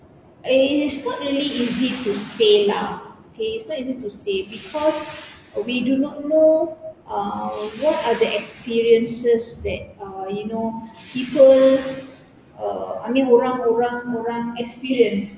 it is not really easy to say lah okay it's not easy to say because we do not know ah what are the experiences that ah you know people uh I mean orang orang orang experience